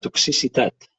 toxicitat